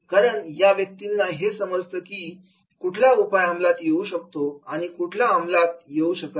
करण या व्यक्तींना हे समजतंकी कुठला उपाय अमलात येऊ शकतो आणि कुठला अंमलात येऊ शकत नाही